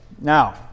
Now